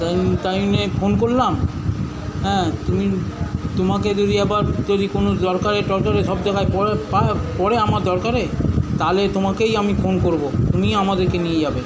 তাই তাই জন্য ফোন করলাম হ্যাঁ তুমি তোমাকে যদি আবার যদি কোনো দরকারে টরকারে সব জায়গায় পরে পাই পরে আমার দরকারে তাহলে তোমাকেই আমি ফোন করব তুমিই আমাদেরকে নিয়ে যাবে